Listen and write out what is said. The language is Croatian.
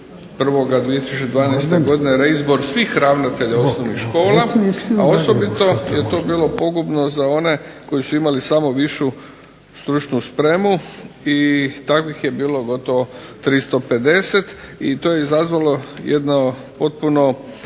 1.1.2012. godine reizbor svih ravnatelja osnovnih škola, a osobito je to bilo pogubno za one koji su imali samo višu stručnu spremnu i takvih je bilo gotovo 350 i to je izazvalo jednu situaciju